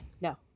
No